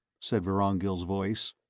said vorongil's voice.